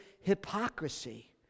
hypocrisy